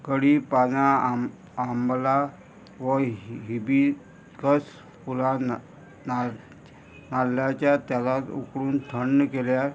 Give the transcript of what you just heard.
कडी पानां आमला हिबी कस फुला नाल नाल्ल्याच्या तेलांत उकडून थंड केल्यार